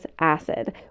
acid